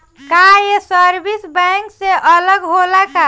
का ये service bank से अलग होला का?